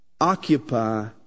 occupy